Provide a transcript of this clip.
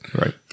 Right